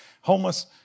homeless